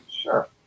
Sure